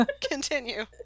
Continue